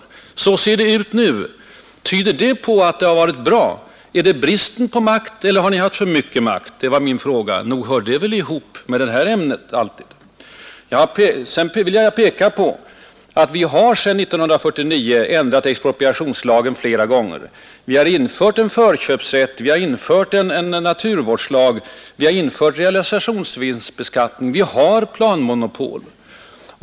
Och ändå ser det ut som det gör. Tyder det på att planeringen har varit bra? Har det varit brist på makt eller har ni haft för mycket makt? Det var min fråga. Nog hör det väl ihop med ämnet. Jag vill också peka på att vi sedan 1949 har ändrat expropriationslagen flera gånger. Vi har infört en förköpsrätt, en naturvårdslag, en realisationsvinstbeskattning. Kommunerna har planmonopol.